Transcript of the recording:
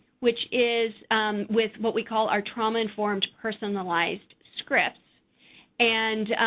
which is with what we call our trauma-informed personalized scripts and.